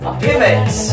pivot